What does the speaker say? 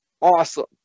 awesome